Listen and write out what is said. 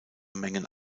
mengen